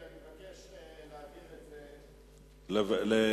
אני מבקש להעביר את זה לוועדה.